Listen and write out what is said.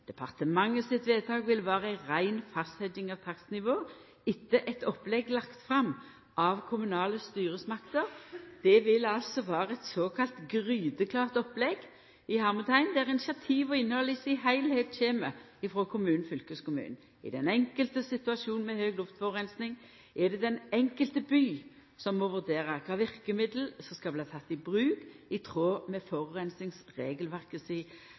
Departementet sitt vedtak vil vera ei rein fastsetjing av takstnivå etter eit opplegg lagt fram av kommunale styresmakter. Det vil vera eit «gryteklart» opplegg, der heile initiativet og alt innhaldet kjem frå kommunen/fylkeskommunen. I ein situasjon med høg luftforureining er det den enkelte byen som må vurdera kva verkemiddel som skal takast i bruk, i tråd med forureiningsregelverket si